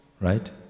right